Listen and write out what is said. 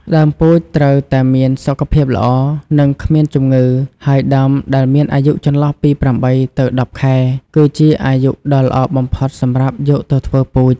ដើមពូជត្រូវតែមាន សុខភាពល្អ និងគ្មានជំងឺ ហើយដើមដែលមានអាយុចន្លោះពី ៨ ទៅ ១០ ខែ គឺជាអាយុដ៏ល្អបំផុតសម្រាប់យកទៅធ្វើពូជ។